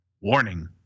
Warning